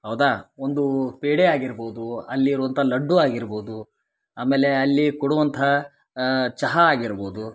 ಹೌದಾ ಒಂದು ಪೇಡೆ ಆಗಿರ್ಬೋದು ಅಲ್ಲಿ ಇರ್ವಂಥಾ ಲಡ್ಡು ಆಗಿರ್ಬೋದು ಆಮೇಲೆ ಅಲ್ಲಿ ಕೊಡುವಂಥಾ ಚಹಾ ಆಗಿರ್ಬೋದು